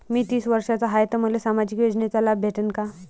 मी तीस वर्षाचा हाय तर मले सामाजिक योजनेचा लाभ भेटन का?